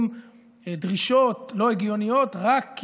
ובסוף,